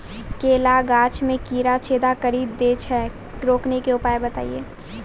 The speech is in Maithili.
केला गाछ मे कीड़ा छेदा कड़ी दे छ रोकने के उपाय बताइए?